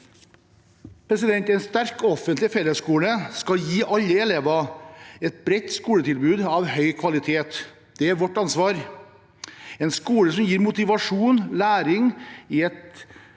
grunnskole. En sterk og offentlig fellesskole skal gi alle elever et bredt skoletilbud av høy kvalitet. Det er vårt ansvar. Vi vil ha en skole som gir motivasjon og læring i et